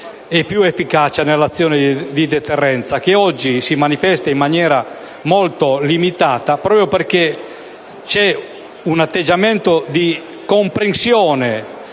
e più efficacia nell'azione di deterrenza, che oggi si manifesta in maniera molto limitata, proprio perché c'è un atteggiamento di comprensione